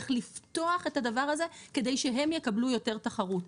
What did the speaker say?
איך לפתוח את הדבר הזה כדי שהם יקבלו יותר תחרות.